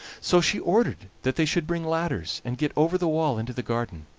so she ordered that they should bring ladders, and get over the wall into the garden